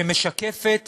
שמשקפת